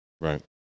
Right